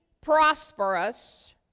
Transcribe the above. prosperous